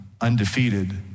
undefeated